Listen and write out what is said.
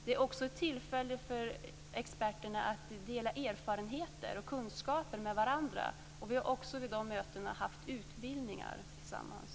Det är också ett tillfälle för experterna att dela erfarenheter och kunskaper med varandra. Vi har också vid dessa möten haft utbildningar tillsammans.